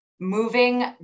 moving